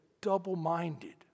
double-minded